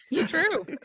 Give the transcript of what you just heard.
True